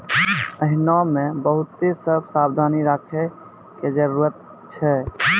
एहनो मे बहुते सभ सावधानी राखै के जरुरत छै